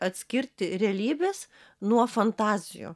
atskirti realybės nuo fantazijų